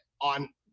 on